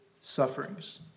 sufferings